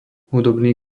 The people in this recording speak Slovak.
hudobný